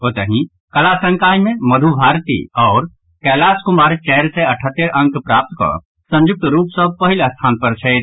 ओतहि कला संकाय मे मधु भारती आओर कैलाश कुमार चारि सय अठहत्तरि अंक प्राप्त कऽ संयुक्त रूप सँ पहिल स्थान पर छथि